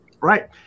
Right